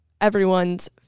everyone's